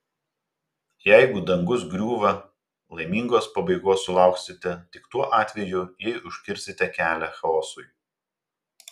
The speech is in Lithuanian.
jeigu dangus griūva laimingos pabaigos sulauksite tik tuo atveju jei užkirsite kelią chaosui